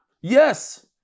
Yes